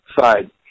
side